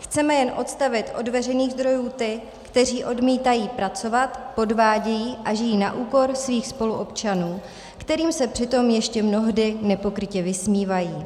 Chceme jen odstavit od veřejných zdrojů ty, kteří odmítají pracovat, podvádějí a žijí na úkor svých spoluobčanů, kterým se přitom ještě mnohdy nepokrytě vysmívají.